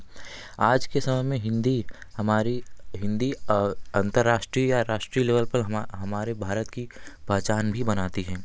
आज के समय में हिंदी हमारी हिंदी अंतर्राष्ट्रीय या राष्ट्रीय लेवल पर हमारे भारत की पहचान भी बनाती है